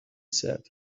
said